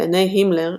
בעיני הימלר,